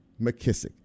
McKissick